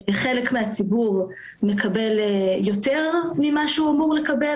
חלק מהציבור מקבל יותר ממה שהוא אמור לקבל,